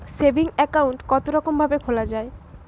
Saving account কতরকম ভাবে খোলা য়ায়?